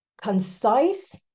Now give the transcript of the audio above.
Concise